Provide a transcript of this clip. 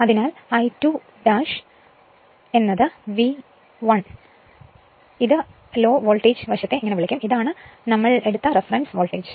അതിനാൽ I2 V 1 voltage ആ low voltage വശത്തെ വിളിക്കും ഇതാണ് റഫറൻസ് വോൾട്ടേജ്